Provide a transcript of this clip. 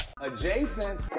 Adjacent